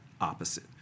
opposite